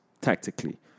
tactically